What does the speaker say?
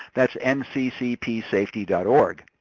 that's nccpsafety org.